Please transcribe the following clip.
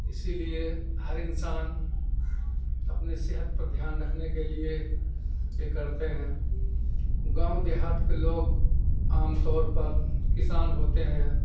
اسی لیے ہر انسان اپنی صحت پر دھیان رکھنے کے لیے یہ کرتے ہیں گاؤں دیہات کے لوگ عام طور پر کسان ہوتے ہیں